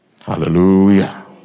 Hallelujah